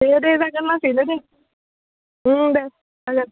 औ दे जागोन लासैनो दे जागोन